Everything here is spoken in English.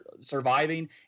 surviving